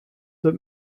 but